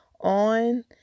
on